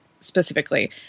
specifically